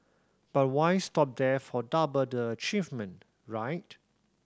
but why stop there for double the achievement right